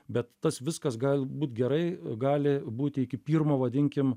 bet tas viskas galbūt gerai gali būti iki pirmo vadinkim